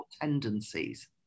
Tendencies